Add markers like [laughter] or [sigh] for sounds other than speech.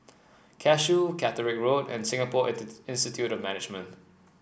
Cashew Catterick Road and Singapore [unintelligible] Institute of Management